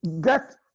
get